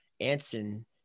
Anson